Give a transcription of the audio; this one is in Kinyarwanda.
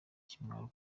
ikimwaro